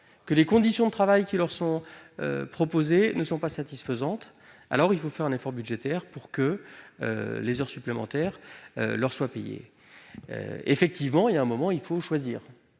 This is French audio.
que les conditions de travail qui leur sont proposées ne sont pas satisfaisantes, alors il faut faire un effort budgétaire, afin que ces heures supplémentaires leur soient payées. À un moment, il faut choisir